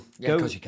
go